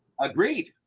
Agreed